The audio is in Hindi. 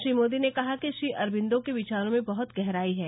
श्री मोदी ने कहा कि श्री अरविंदो के विचारों में बहुत गहराई है